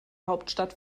hauptstadt